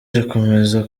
irakomeza